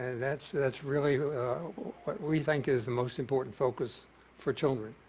ah that's that's really what we think is the most important focus for children.